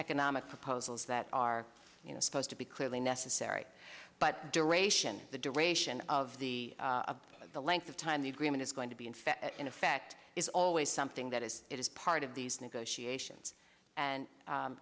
economic proposals that are you know supposed to be clearly necessary but duration the duration of the of the length of time the agreement is going to be in fact in effect is always something that is it is part of these negotiations and u